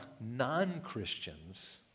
non-Christians